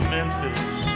Memphis